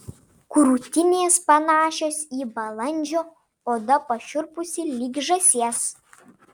krūtinės panašios į balandžio oda pašiurpusi lyg žąsies